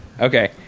okay